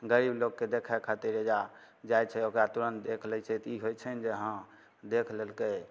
गरीब लोगके देखे खातिर अहिजा जाइ छै ओकरा तुरन्त देख लै छै तऽ ई होय छै ने जे हँ देख लेलकै